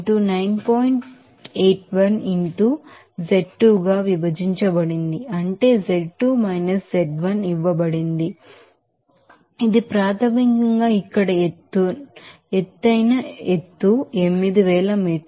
81 into z2 గా విభజించబడింది అంటే z2 - z1 ఇవ్వబడింది z2 - z1 ఇది ప్రాథమికంగా ఇక్కడ ఎత్తైన ఎత్తు 8000 మీటర్లు